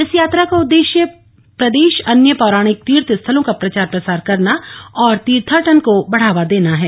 इस यात्रा का उद्देश्य प्रदेश अन्य पौराणिक तीर्थ स्थलों का प्रचार प्रसार करना और तीर्थटन को बढ़ावा देना है